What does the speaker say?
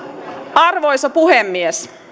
arvoisa puhemies